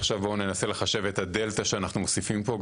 עכשיו בואו ננסה לחשב את הדלתה שאנחנו מוסיפים פה.